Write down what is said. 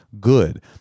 good